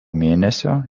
mėnesio